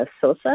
Sosa